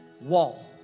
wall